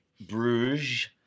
Bruges